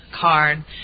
card